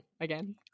again